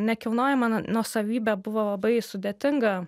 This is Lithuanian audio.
nekilnojamą na nuosavybę buvo labai sudėtinga